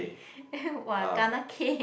!wah! kena cane